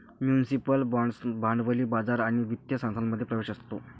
municipal बाँड्सना भांडवली बाजार आणि वित्तीय संस्थांमध्ये प्रवेश असतो